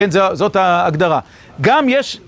כן, זאת ההגדרה. גם יש